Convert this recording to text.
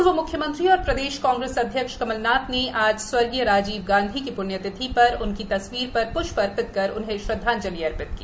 पूर्व मुख्यमंत्री एवं प्रदेश कांग्रेस अध्यक्ष कमलनाथ ने आज स्व श्री राजीव गांधी की प्ण्यतिथि पर उनकी तस्वीर पर प्ष्प अर्पित कर श्रधांजलि अर्पित की